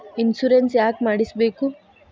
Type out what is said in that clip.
Insurance ಯಾಕ್ ಮಾಡಿಸಬೇಕು?